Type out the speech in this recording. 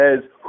says